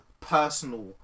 personal